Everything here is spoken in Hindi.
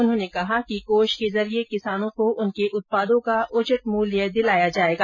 उन्होंने कहा कि कोष के जरिये किसानों को उनके उत्पादों का उचित मूल्य दिलाया जायेगा